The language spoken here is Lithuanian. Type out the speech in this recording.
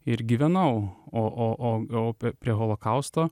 ir gyvenau o o o o prie holokausto